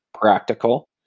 practical